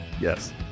Yes